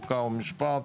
חוק ומשפט,